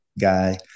guy